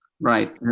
Right